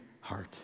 heart